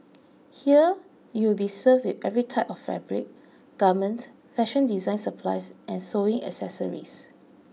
here you will be served every type of fabric garment fashion design supplies and sewing accessories